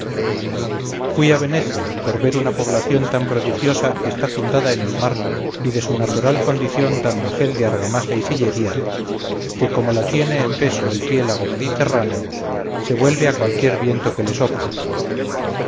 fuí a venecia por ver una población tan prodigiosa que está fundada en el mar y de su natural condición tan bajel de argamasa y sillería que como la tiene en peso el piélago mediterráneo se vuelve a cualquier viento que le sopla